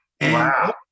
Wow